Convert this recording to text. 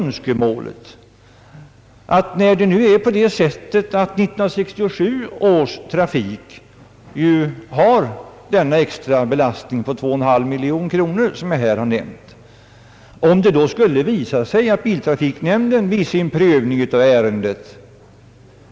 När nu 1967 års trafik får vidkännas den nämnda extra belast ningen på 2,5 miljoner kronor, skulle jag emellertid vilja uttala ett önskemål i anslutning till biltrafiknämndens prövning av ärendet.